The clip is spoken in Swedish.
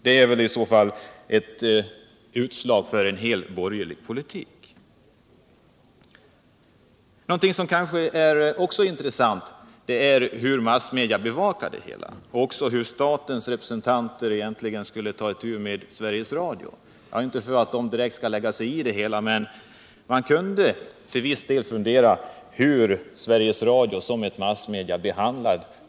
Det är väl i så fall ett utslag av en helt borgerlig politik. Intressant är också att konstatera hur massmedierna bevakar idrottsevenemangen och hur statens representanter skall ta itu med Sveriges Radio.